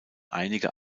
einige